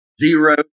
zero